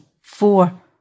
four